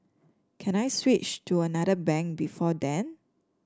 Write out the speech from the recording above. can I switch to another bank before then